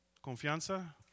Confianza